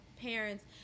parents